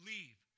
Leave